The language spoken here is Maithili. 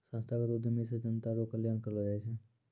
संस्थागत उद्यमी से जनता रो कल्याण करलौ जाय छै